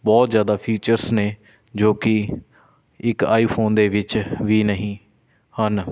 ਬਹੁਤ ਜ਼ਿਆਦਾ ਫੀਚਰਸ ਨੇ ਜੋ ਕਿ ਇੱਕ ਆਈਫ਼ੋਨ ਦੇ ਵਿੱਚ ਵੀ ਨਹੀਂ ਹਨ